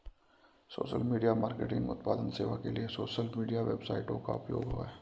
social media marketing उत्पाद सेवा के लिए सोशल मीडिया वेबसाइटों का उपयोग है